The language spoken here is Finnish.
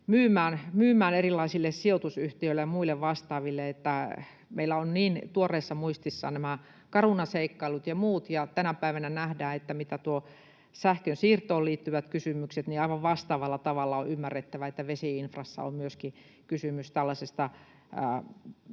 myymään erilaisille sijoitusyhtiöille ja muille vastaaville. Meillä ovat niin tuoreessa muistissa nämä Caruna-seikkailut ja muut, ja tänä päivänä nähdään nuo sähkönsiirtoon liittyvät kysymykset, ja aivan vastaavalla tavalla on ymmärrettävää, että vesi-infrassa on myöskin kysymys tällaisesta